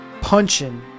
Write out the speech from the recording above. punching